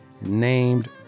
named